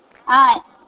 ஆ